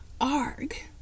ARG